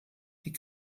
die